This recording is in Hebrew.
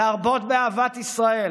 להרבות באהבת ישראל,